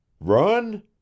Run